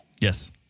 Yes